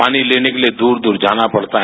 पानी लेने के लिये दूर दूर जाना पड़ता है